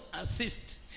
assist